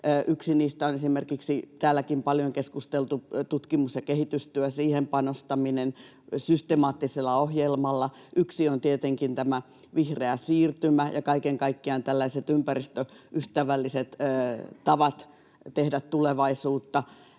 Yksi niistä on esimerkiksi täälläkin paljon keskusteltu tutkimus- ja kehitystyöhön panostaminen systemaattisella ohjelmalla. Yksi on tietenkin tämä vihreä siirtymä ja kaiken kaikkiaan ympäristöystävälliset tavat tehdä tulevaisuutta.